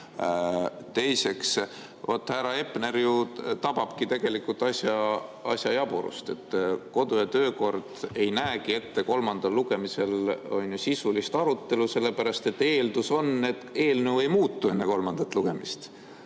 teinud. Teiseks, vaat härra Hepner ju ongi tabanud tegelikult asja jaburust. Kodu- ja töökord ei näegi ette kolmandal lugemisel sisulist arutelu, sellepärast et eeldus on, et eelnõu ei muutu enne kolmandat lugemist.